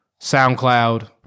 SoundCloud